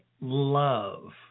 love